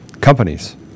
companies